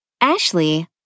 Ashley